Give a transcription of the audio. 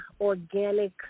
organic